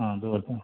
आं दवरता